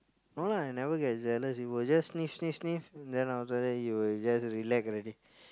no lah I never get jealous he will just sniff sniff sniff then after that he will just relax already